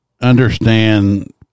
understand